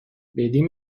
بدین